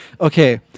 Okay